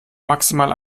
maximal